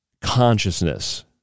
consciousness